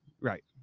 right